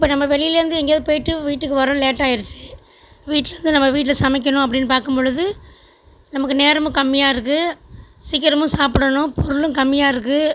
இப்போ நம்ப வெளிலேருந்து எங்கேயாவது போயிட்டு வீட்டுக்கு வர லேட் ஆயிடுச்சு வீட்டில் இருந்து நம்ம வீட்டில் சமைக்கணும் அப்படின்னு பார்க்கும் பொழுது நமக்கு நேரமும் கம்மியாக இருக்கு சீக்கிரமும் சாப்பிடணும் பொருளும் கம்மியாக இருக்கு